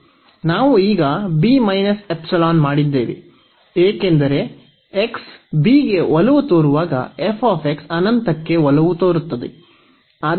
ಆದ್ದರಿಂದ ನಾವು ಈಗ ಮಾಡಿದ್ದೇವೆ ಏಕೆಂದರೆ x b ಗೆ ಒಲವು ತೋರುವಾಗ f ಅನಂತಕ್ಕೆ ಒಲವು ತೋರುತ್ತದೆ